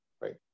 right